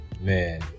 man